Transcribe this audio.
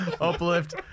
uplift